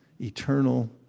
eternal